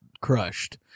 crushed